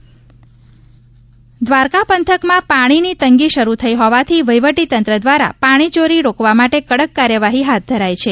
દ્વારકા પાણી ચોરી દ્વારકા પંથકમાં પાણીની તંગી શરૂ થઇ હોવાથી વહીવટીતંત્ર દ્વારા પાણીચોરી રોકવા માટે કડક કાર્યવાહી હાથ ધરાઇ છે